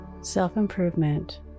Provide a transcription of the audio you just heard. self-improvement